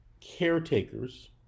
caretakers